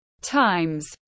Times